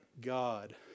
God